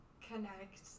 Connect